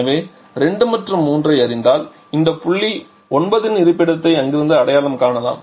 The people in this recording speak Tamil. எனவே 2 மற்றும் 3 ஐ அறிந்தால் இந்த புள்ளி 9 இன் இருப்பிடத்தை அங்கிருந்து அடையாளம் காணலாம்